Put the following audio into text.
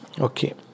okay